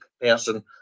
person